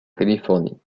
californie